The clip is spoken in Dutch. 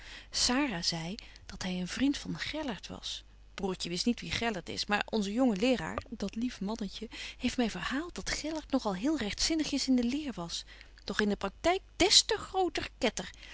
zei dat hy een vriend van gellert was broertje wist niet wie gellert is maar onze jonge leeraar dat lief mannetje heeft my verhaalt dat gellert nog al heel rechtzinnigjes in de leer was doch in de practyk des te grooter ketter